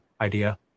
idea